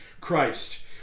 Christ